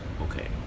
Okay